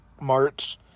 March